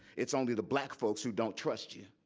it's only the black folks who don't trust you.